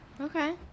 Okay